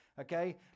Okay